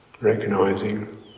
recognizing